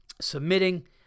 submitting